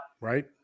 Right